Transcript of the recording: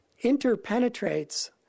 interpenetrates